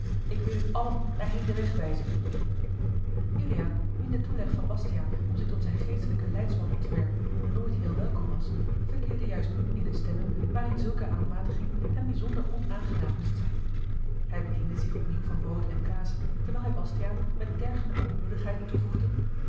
ik wil u allen daarheen den weg wijzen juliaan wien de toeleg van bastiaan om zich tot zijn geestelijken leidsman op te werpen nooit heel welkom was verkeerde juist n in eene stemming waarin zulke aanmatiging hem bijzonder onaangenaam moest zijn hij bediende zich opnieuw van brood en kaas terwijl hij bastiaan met tergende koelbloedigheid toevoegde